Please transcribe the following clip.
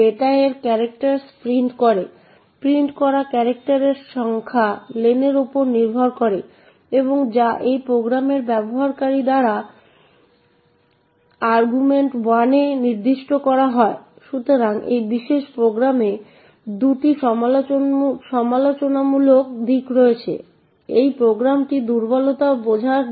মনে রাখবেন যে printf এর প্রথম আর্গুমেন্টটি একটি ফরম্যাট স্পেসিফায়ার এই প্রোগ্রামে একটি দুর্বলতা রয়েছে কারণ printf যা এখানে নির্দিষ্ট করা হয়েছে ফরম্যাট স্পেসিফায়ারটি মূলত এই স্ট্রিংটি user string এ উপস্থিত